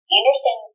Anderson